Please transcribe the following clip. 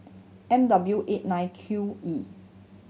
M W eight nine Q E